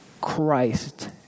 Christ